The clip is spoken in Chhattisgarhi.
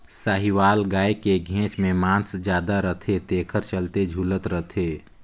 साहीवाल गाय के घेंच में मांस जादा रथे तेखर चलते झूलत रथे